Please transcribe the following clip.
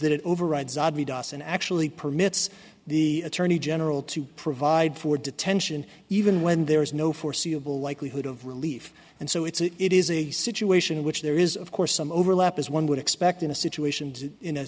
it overrides oddly das and actually permits the attorney general to provide for detention even when there is no foreseeable likelihood of relief and so it's a it is a situation in which there is of course some overlap as one would expect in a situation in a